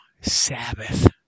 Sabbath